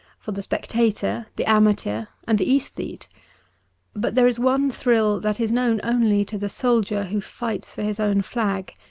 for the spectator, the amateur, and the aesthete but there is one thrill that is known only to the soldier who fights for his own flag,